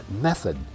method